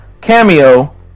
cameo